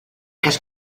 cas